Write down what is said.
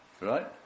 right